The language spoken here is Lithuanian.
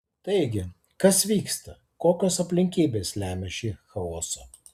taigi kas vyksta kokios aplinkybės lemia šį chaosą